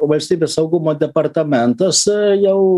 valstybės saugumo departamentas jau